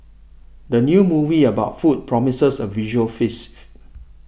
the new movie about food promises a visual feast